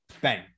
bang